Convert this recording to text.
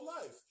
life